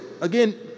Again